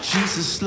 Jesus